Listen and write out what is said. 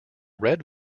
red